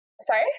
Sorry